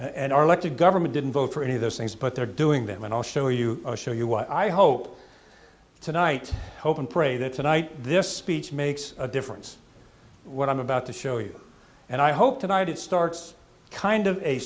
elected government didn't vote for any of those things but they're doing them and i'll show you show you what i hope tonight hope and pray that tonight this speech makes a difference what i'm about to show you and i hope tonight it starts kind of a